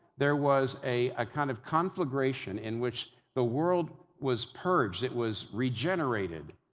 there was a ah kind of conflagration in which the world was purged. it was regenerated.